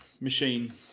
machine